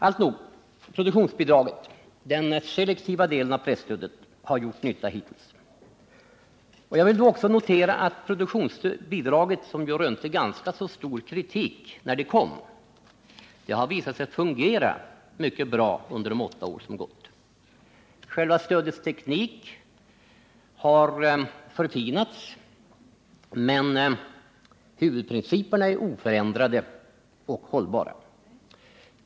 Alltnog: Produktionsbidraget, den selektiva delen av presstödet, har gjort nytta hittills. Jag vill då också notera att produktionsbidraget, som rönte ganska stor kritik när det kom, har visat sig fungera mycket bra under de åtta år som gått. Själva stödets teknik har förfinats, men huvudprinciperna är oförändrade och hållbara.